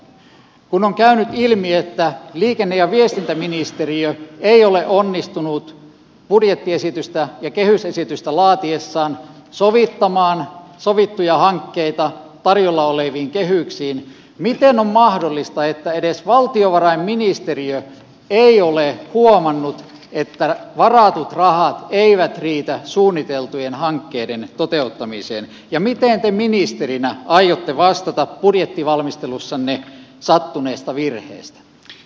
kun on käynyt ilmi että liikenne ja viestintäministeriö ei ole onnistunut budjettiesitystä ja kehysesitystä laatiessaan sovittamaan sovittuja hankkeita tarjolla oleviin kehyksiin miten on mahdollista että edes valtiovarainministeriö ei ole huomannut että varatut rahat eivät riitä suunniteltujen hankkeiden toteuttamiseen ja miten te ministerinä aiotte vastata budjettivalmistelussanne sattuneesta virheestä